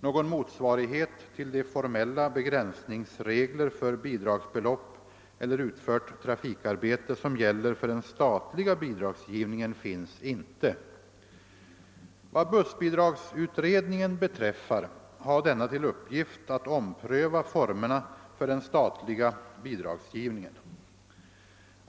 Någon motsvarighet till de formella begränsningsregler för bidragsbelopp eller utfört trafikarbete som gäller för den statliga bidragsgivningen finns inte. Vad bussbidragsutredningen beträffar har denna till uppgift att ompröva formerna för den statliga bidragsgivningen.